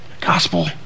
Gospel